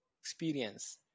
experience